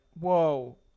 whoa